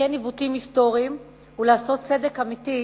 לתקן עיוותים היסטוריים ולעשות צדק אמיתי,